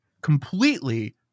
completely